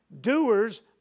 doers